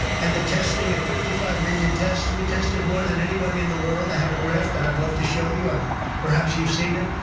and the testing, at fifty five million tests, we tested more than anybody in the world. i have a graph that i'd love to show you. um perhaps you've seen it,